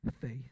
faith